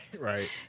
Right